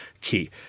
key